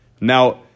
Now